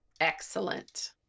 Excellent